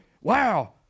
Wow